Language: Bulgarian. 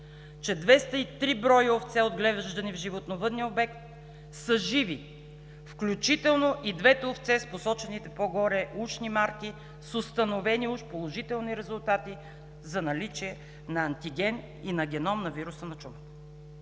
че 203 броя овце, отглеждани в животновъдния обект, са живи, включително и двете овце с посочените по-горе ушни марки с установени уж положителни резултати за наличие на антиген и на геном на вируса на чумата.